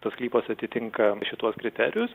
tas sklypas atitinka šituos kriterijus